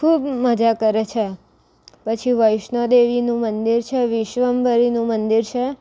ખૂબ મજા કરે છે પછી વૈષ્નોદેવીનું મંદિર છે વિશ્વમભરીનું મંદિર છે